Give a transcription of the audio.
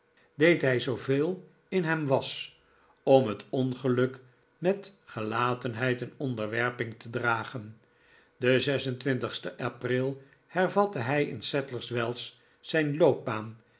deed hij zooveel in hem was om het ongeluk met gelatenheid en onderwerping te dragen den sten april hervatte hij in sadlers wells zijn loopbaan